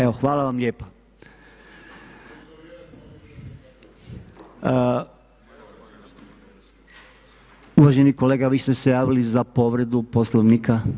Evo hvala vam lijepa. … [[Upadica se ne čuje.]] Uvaženi kolega vi ste se javili za povredu Poslovnika?